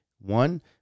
one